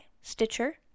Stitcher